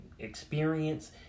experience